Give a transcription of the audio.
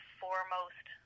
foremost